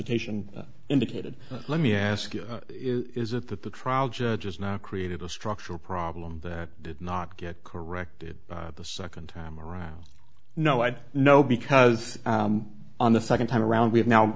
hesitation indicated let me ask you is it that the trial judge has now created a structural problem that did not get corrected the second time around no i'd know because on the second time around we have now